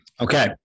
Okay